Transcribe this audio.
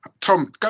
Tom